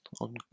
on